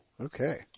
Okay